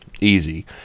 Easy